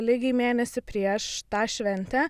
lygiai mėnesį prieš tą šventę